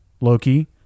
Loki